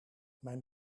mijn